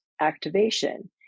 activation